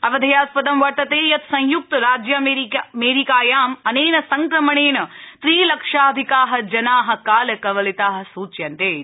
अवधेयास्पदं वर्तते यत् संयक्त राज्यामेरिकायां अनेन संक्रमणेन त्रिलक्षाधिका जना कालकवलिता सूच्यन्ते इति